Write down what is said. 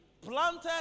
planted